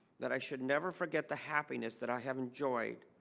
that i should never forget the happiness that i have enjoyed